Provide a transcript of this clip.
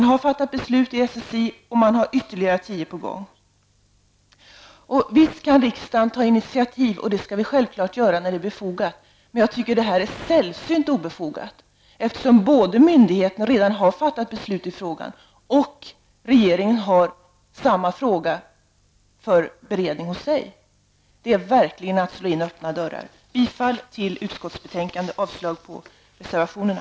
Det har man fattat beslut om i SSI, och ytterligare tio är planerade. Visst kan vi i riksdagen ta initiativ, och det skall vi självfallet göra när det är befogat. Men jag tycker att det här är sällsynt obefogat, eftersom myndigheten redan har fattat beslut i frågan och regeringen har samma fråga för beredning hos sig. Det är verkligen att slå in öppna dörrar. Jag yrkar bifall till utskottets hemställan och avslag på reservationerna.